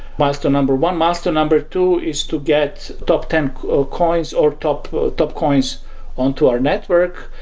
milestone number one. milestone number two is to get top ten coins or top top coins on to our network.